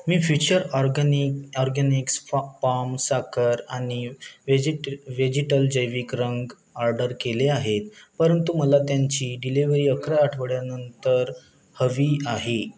मी future organic organics फ palm साखर आणि व्हेजिट व्हेजिटल जैविक रंग ऑर्डर केले आहेत परंतु मला त्यांची डिलिव्हरी अकरा आठवड्यानंतर हवी आहे